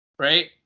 right